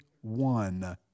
one